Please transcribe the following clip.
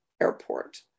airport